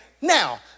now